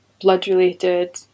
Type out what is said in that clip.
blood-related